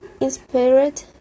inspired